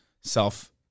self